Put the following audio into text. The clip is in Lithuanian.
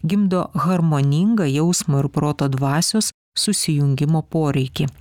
gimdo harmoningą jausmo ir proto dvasios susijungimo poreikį